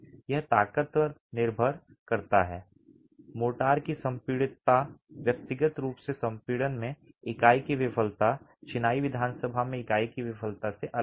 यह ताकत पर निर्भर करता है मोर्टार की संपीड़ितता व्यक्तिगत रूप से संपीड़न में इकाई की विफलता चिनाई विधानसभा में इकाई की विफलता से अलग है